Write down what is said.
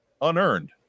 unearned